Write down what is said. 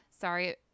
Sorry